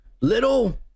little